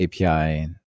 API